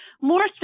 More